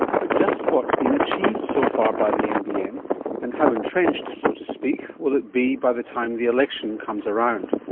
but just what's been achieved so far by the nbn and how entrenched, so to speak, will it be by the time the election comes around?